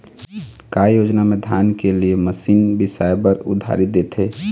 का योजना मे धान के लिए मशीन बिसाए बर उधारी देथे?